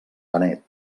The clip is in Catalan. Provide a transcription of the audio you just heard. benet